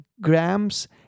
grams